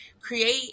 Create